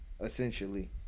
essentially